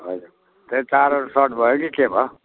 हजुर त्यही तारहरू सट भयो कि के भयो